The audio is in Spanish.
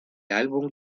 álbum